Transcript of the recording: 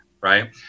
right